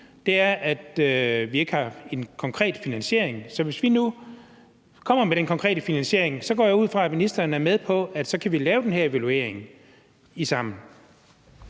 nu, er, at vi ikke har en konkret finansiering. Så hvis vi nu kommer med den konkrete finansiering, går jeg ud fra, at ministeren er med på, at vi kan lave den her evaluering sammen.